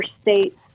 states